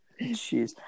Jeez